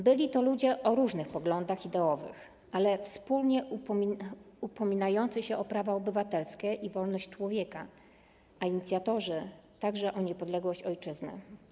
Byli to ludzie o różnych poglądach ideowych, ale wspólnie upominający się o prawa obywatelskie i wolność człowieka, a także inicjatorzy walk o niepodległość ojczyzny.